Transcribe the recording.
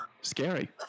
Scary